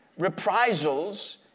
reprisals